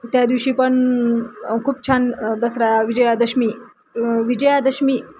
त्या दिवशी पण खूप छान दसरा विजयादशमी विजयादशमी